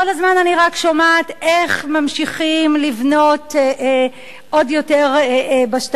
כל הזמן אני רק שומעת איך ממשיכים לבנות עוד יותר בשטחים,